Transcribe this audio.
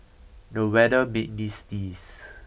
the weather made me sneeze